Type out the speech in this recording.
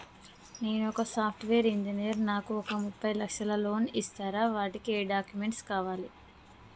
నేను ఒక software engineer నాకు ఒక ముప్పై లక్షల లోన్ ఇస్తరా? వాటికి ఏం డాక్యుమెంట్స్ కావాలి?